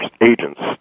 agents